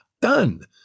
done